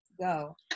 go